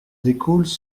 découlent